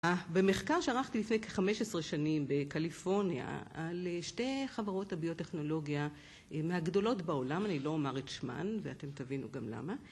במחקר שערכתי לפני כ-15 שנים בקליפורניה על שתי חברות הביוטכנולוגיה מהגדולות בעולם, אני לא אומר את שמן ואתם תבינו גם למה